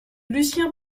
lucien